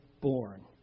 born